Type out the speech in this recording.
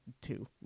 two